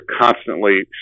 constantly